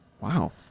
Wow